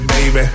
Baby